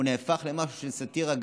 נהפך למשהו של סאטירה,